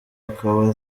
akaba